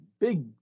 big